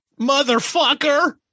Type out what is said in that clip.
Motherfucker